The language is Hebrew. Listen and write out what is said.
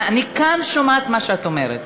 אני כאן שומעת מה שאת אומרת.